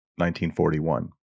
1941